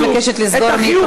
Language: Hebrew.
אני מבקשת לסיים.